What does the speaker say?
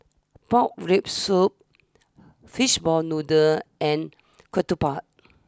Pork Rib Soup Fishball Noodle and Ketupat